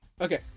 Okay